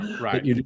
right